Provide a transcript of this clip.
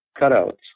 cutouts